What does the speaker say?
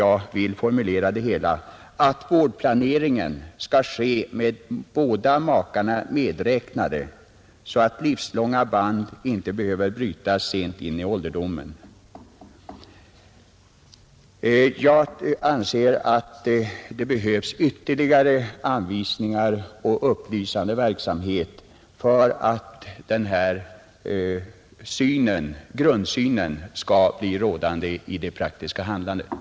Jag tror att jag kort kan formulera detta så att vårdplaneringen bör ske med båda makarna medräknade, så att livslånga band inte behöver brytas sent in i ålderdomen, Denna vårdplanering har tyvärr inte slagit igenom i det praktiska handlandet ute i landet, det visar ett flertal upprörande fall, och jag tror att det behövs en ytterligare upplysande verksamhet och kompletterande anvisningar i denna vårdnadsfråga.